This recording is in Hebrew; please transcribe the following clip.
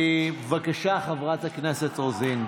בבקשה, חברת הכנסת רוזין,